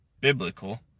biblical